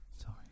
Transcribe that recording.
Sorry